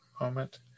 moment